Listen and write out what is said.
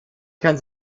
kann